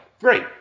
great